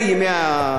אבל,